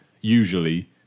usually